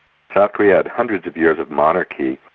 south korea had hundreds of years of monarchy,